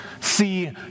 See